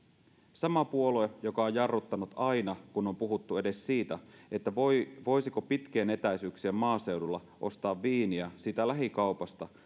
sama puolue joka on jarruttanut aina kun on puhuttu edes siitä voisiko pitkien etäisyyksien maaseudulla ostaa viiniä lähikaupasta